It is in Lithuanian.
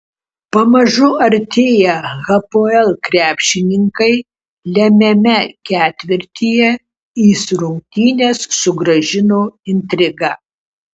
pamažu artėję hapoel krepšininkai lemiame ketvirtyje į rungtynes sugrąžino intriga